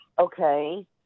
Okay